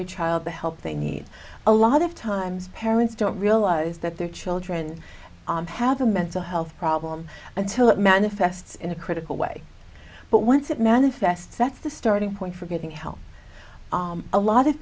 your child the help they need a lot times parents don't realize that their children have a mental health problem until it manifests in a critical way but once it manifests that's the starting point for getting help a lot of